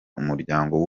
umuryango